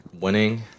winning